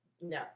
no